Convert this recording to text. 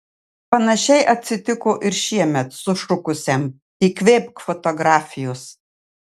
panašiai atsitiko ir šiemet sušukusiam įkvėpk fotografijos